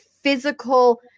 physical